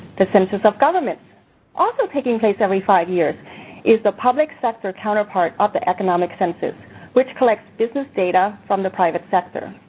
the census of government also taking place every five years is the public sector counterpart of the economic census which collects business data from the public sector.